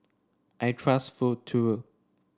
I trust Futuro